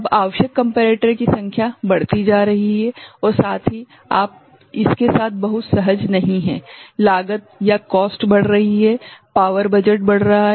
अब आवश्यक कम्पेरेटर की संख्या बढ़ती जा रही है और साथ ही आप इसके साथ बहुत सहज नहीं हैं लागत बढ़ रही है बिजली का बजट बढ़ रहा है